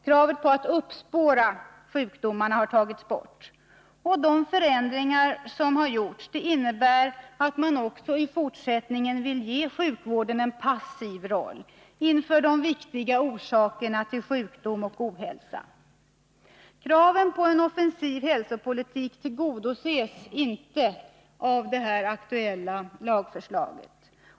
Kravet på att uppspåra sjukdomar har tagits bort, och de förändringar som har gjorts innebär att man också i fortsättningen vill ge sjukvården en passiv roll i förhållande till de viktiga orsakerna till sjukdom och ohälsa. Kraven på en offensiv hälsopolitik tillgodoses inte av det här aktuella lagförslaget.